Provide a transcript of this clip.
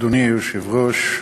אדוני היושב-ראש,